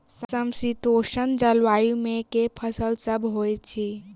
समशीतोष्ण जलवायु मे केँ फसल सब होइत अछि?